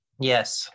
yes